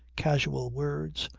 casual words,